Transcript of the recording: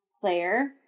player